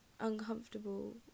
uncomfortable